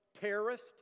terrorist